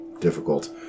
difficult